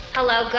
Hello